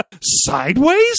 Sideways